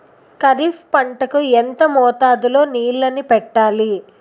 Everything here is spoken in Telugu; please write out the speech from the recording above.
ఖరిఫ్ పంట కు ఎంత మోతాదులో నీళ్ళని పెట్టాలి?